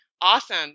Awesome